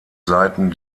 seiten